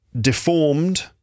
deformed